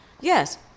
Yes